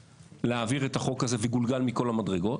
להעביר את החוק הזה וגולגל מכל המדרגות,